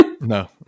no